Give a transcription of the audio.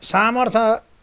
सामर्थ्य